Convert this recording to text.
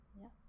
yes